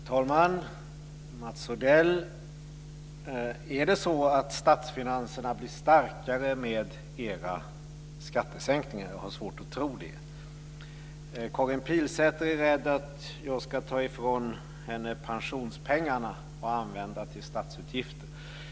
Fru talman! Mats Odell, är det så att statsfinanserna blir starkare med era skattesänkningar? Jag har svårt att tro det. Karin Pilsäter är rädd att jag ska ta ifrån henne pensionspengarna och använda till statsutgifter.